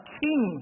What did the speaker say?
king